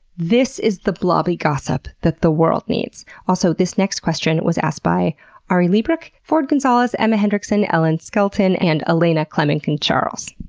this is the blobby gossip the world needs. also, this next question was asked by ah aarie liebreich, ford gonzales, emma hendrickson, ellen skelton, and elena clemencon-charles.